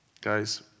Guys